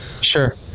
Sure